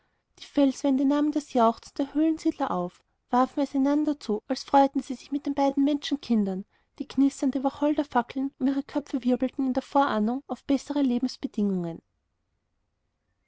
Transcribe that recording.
die felswände nahmen das jauchzen der höhlensiedler auf warfen es einander zu als freuten sie sich mit den beiden menschenkindern die knisternde wacholderfackeln um ihre köpfe wirbelten in der vorahnung besserer